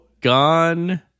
gone